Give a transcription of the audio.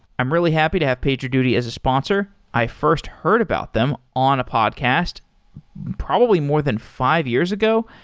i'm really happy to have pager duty as a sponsor. i first heard about them on a podcast probably more than five years ago.